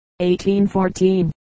1814